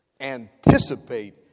anticipate